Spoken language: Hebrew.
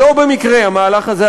לא במקרה המהלך הזה,